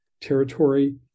territory